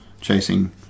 chasing